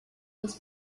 das